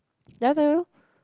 did I tell you